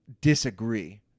disagree